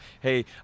hey